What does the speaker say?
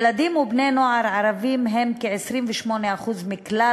ילדים ובני-נוער ערבים הם כ-28% מכלל